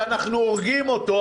שאנחנו הורגים אותו,